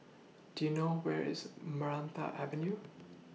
Do YOU know Where IS Maranta Avenue